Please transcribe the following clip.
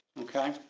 okay